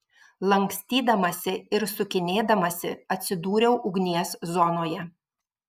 lankstydamasi ir sukinėdamasi atsidūriau ugnies zonoje